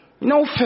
No